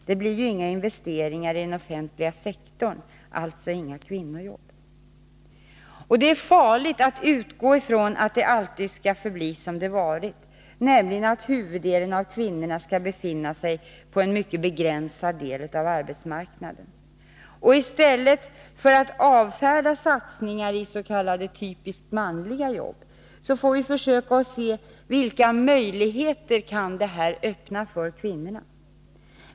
”Det blir ju inga investeringar i den offentliga sektorn — alltså inga kvinnojobb,” menade man. Det är farligt att utgå från att det alltid skall förbli som det varit, nämligen att huvuddelen av kvinnorna skall befinna sig på en mycket begränsad del av arbetsmarknaden. I stället för att avfärda satsningar i s.k. typiskt manliga jobb får vi försöka se vilka möjligheter som detta skulle kunna öppna för kvinnorna.